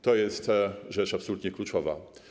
To jest rzecz absolutnie kluczowa.